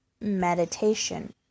meditation